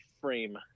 frame